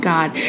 God